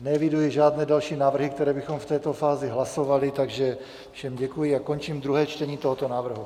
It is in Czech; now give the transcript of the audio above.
Neeviduji žádné další návrhy, které bychom v této fázi hlasovali, takže všem děkuji a končím druhé čtení tohoto návrhu.